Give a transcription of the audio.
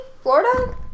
Florida